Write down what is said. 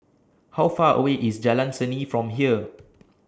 How Far away IS Jalan Seni from here